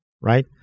right